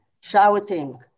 shouting